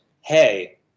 hey